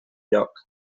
lloc